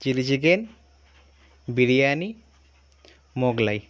chilli chicken biryani Mughlai